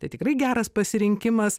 tai tikrai geras pasirinkimas